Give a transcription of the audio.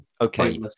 Okay